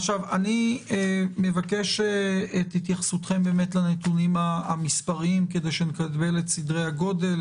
אני מבקש את התייחסותכם לנתונים המספריים כדי שנקבל את סדרי הגודל.